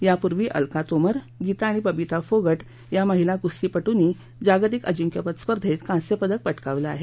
यापूर्वी अलका तोमर गीता आणि बबिता फोगट या महिला कुस्तीपटूंना जागतिक अजिंक्यपद स्पर्धेत कांस्य पदक पटकावलं आहे